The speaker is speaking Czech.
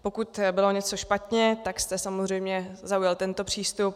Pokud bylo něco špatně, tak jste samozřejmě zaujal tento přístup.